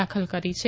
દાખલ કરી છે